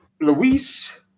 Luis